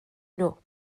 nhw